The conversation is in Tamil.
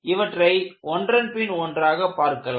இவற்றை ஒன்றன்பின் ஒன்றாக பார்க்கலாம்